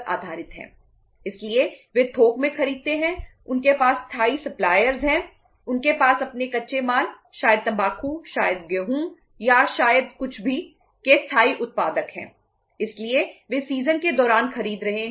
ITC के दौरान खरीद रहे हैं